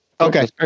okay